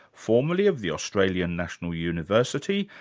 formerly of the australian national university,